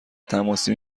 تماسی